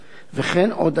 וכן עוד עשרות